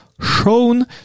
shown